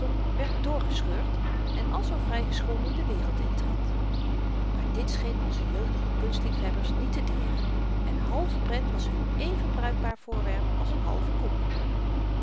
werd doorgescheurd en al zoo vry geschonden de wereld intrad maar dit scheen onze jeugdige kunstliefhebbers niet te deren een halve prent was hun n even bruikbaar voorwerp als n halve koek